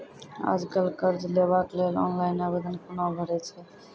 आज कल कर्ज लेवाक लेल ऑनलाइन आवेदन कूना भरै छै?